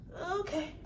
Okay